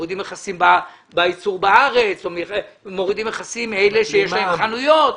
מורידים מכסים בייצור בארץ או מורידים מכסים מאלה שיש להם חנויות.